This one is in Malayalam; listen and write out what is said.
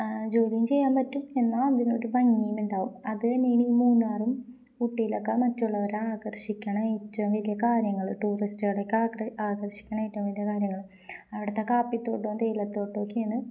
ജോലിയം ചെയ്യാൻ പറ്റും എന്നാ അതിനൊരു ഭംഗിയമ ഇണ്ടാവും അത് തന്നണ ഈ മൂന്നാറും കുഊട്ടിലക്കെ മറ്റുള്ളവരാ ആകർഷിക്കണ ഏറ്റവും വലിയ കാര്യങ്ങള് ടൂറിസ്റ്റുകളടേക്കെ ആ ആകർഷിക്കണ ഏറ്റവും വലയ കാര്യങ്ങള് അവിടുത്തെ കാപ്പിത്തോട്ടോ തേയിലത്തോട്ടോക്കെയാണ്